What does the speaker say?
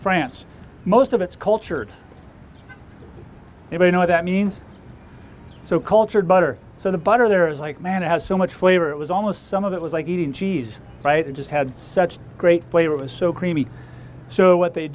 france most of it's cultured if you know what that means so cultured butter so the butter there is like man it has so much flavor it was almost some of it was like eating cheese right it just had such great play it was so creamy so what they